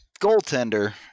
Goaltender